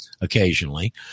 occasionally